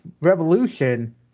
Revolution